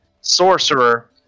sorcerer